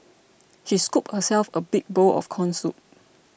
she scooped herself a big bowl of Corn Soup